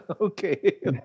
Okay